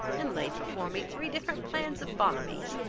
and laid before me three different plans of bonomi's.